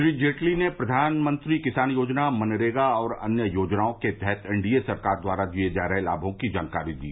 श्री जेटली ने प्रधानमंत्री किसान योजना मनरेगा और अन्य योजनाओं के तहत एन डी ए सरकार द्वारा दिए जा रहे लाभों की जानकारी दी